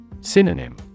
Synonym